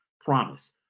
promise